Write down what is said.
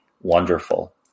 wonderful